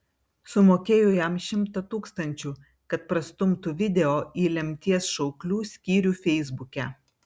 sumokėjau jam šimtą tūkstančių kad prastumtų video į lemties šauklių skyrių feisbuke